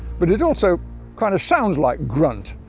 but it also kind of sounds like grunt,